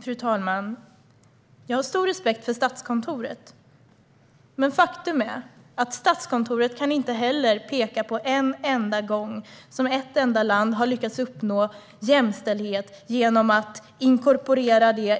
Fru talman! Jag har stor respekt för Statskontoret. Men faktum är att Statskontoret inte heller kan peka på en enda gång som ett enda land har lyckats uppnå jämställdhet genom att inkorporera detta